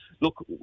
Look